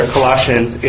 Colossians